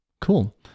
cool